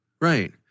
right